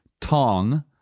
Tong